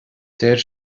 deir